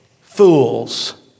fools